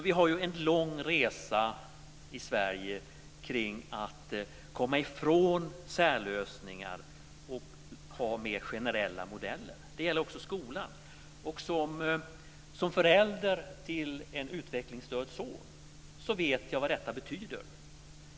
Vi har gjort en lång resa i Sverige för att komma ifrån särlösningar och ha mer generella modeller. Det gäller också skolan. Som förälder till en utvecklingsstörd son vet jag vad detta betyder.